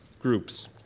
groups